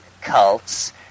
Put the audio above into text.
cults